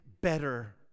better